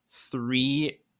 three